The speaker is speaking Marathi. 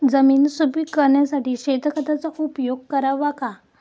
जमीन सुपीक करण्यासाठी शेणखताचा उपयोग करावा का?